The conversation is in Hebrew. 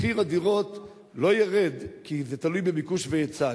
מחיר הדירות לא יֵרד, כי זה תלוי בביקוש והיצע.